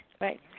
Right